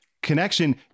connection